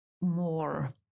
more